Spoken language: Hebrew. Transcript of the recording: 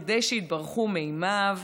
כדי שיתברכו מימיו.